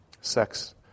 Sex